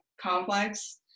complex